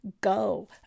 go